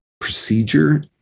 procedure